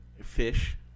fish